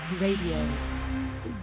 Radio